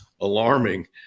alarming